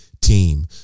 team